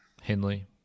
Henley